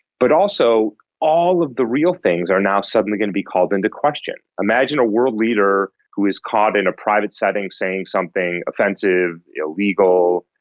but also all of the real things are now suddenly going to be called into question. imagine a world leader who is caught in a private setting saying something offensive, illegal,